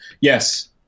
Yes